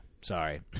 sorry